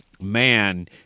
man